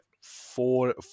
four